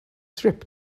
trip